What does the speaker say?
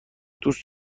دوست